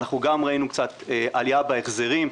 אנחנו גם ראינו קצת עלייה בהחזרים,